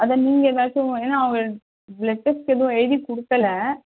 அதான் நீங்கள் எதாச்சும் ஏன்னா அவர் ப்ளட் டெஸ்ட் எதுவும் எழுதி கொடுக்கல